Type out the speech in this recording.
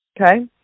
Okay